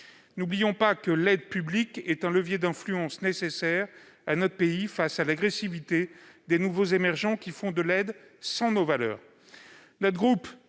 N'oublions pas que l'aide publique est un levier d'influence nécessaire à notre pays, face à l'agressivité des nouveaux pays émergents, qui font de l'aide sans nos valeurs.